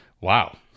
wow